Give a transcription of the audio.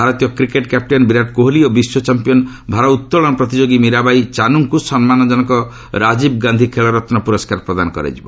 ଭାରତୀୟ cricket captain Virat Kohli ଓ ବିଶ୍ୱ ଚାମ୍ପିୟନ ଭାରଉତ୍ତୋଳନ ପ୍ରତିଯୋଗୀ ମୀରାବାଇ ଚାନୁଙ୍କୁ ସମ୍ମାନଜନକ ରାଜୀବଗାନ୍ଧୀ ଖେଳରତ୍ ପୁରସ୍କାର ପ୍ରଦାନ କରାଯିବ